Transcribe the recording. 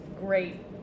great